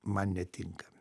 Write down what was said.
man netinka